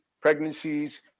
pregnancies